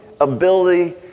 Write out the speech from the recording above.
ability